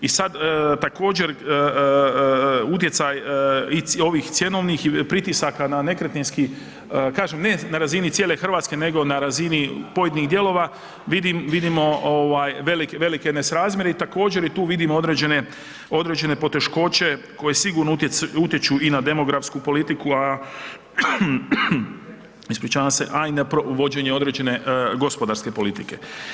I sad također utjecaj i ovih cjenovnih pritisaka na nekretninski, kažem ne na razini cijele Hrvatske, nego na razini pojedinih dijelova vidimo ovaj velike nesrazmjere i također tu vidimo određene poteškoće koje sigurno utječu i na demografsku politiku, ispričavam se, a i na vođene određene gospodarske politike.